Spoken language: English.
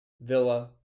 Villa